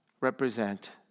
represent